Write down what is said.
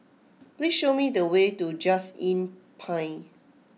please show me the way to Just Inn Pine